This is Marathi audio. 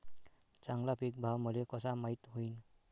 चांगला पीक भाव मले कसा माइत होईन?